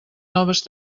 noves